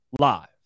live